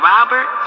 Robert